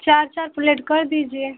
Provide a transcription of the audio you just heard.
चार चार प्लेट कर दीजिए